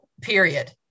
period